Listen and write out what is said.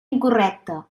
incorrecta